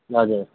हजुर